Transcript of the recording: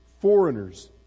foreigners